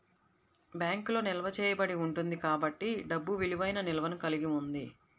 బ్యాంకులో నిల్వ చేయబడి ఉంటుంది కాబట్టి డబ్బు విలువైన నిల్వను కలిగి ఉంది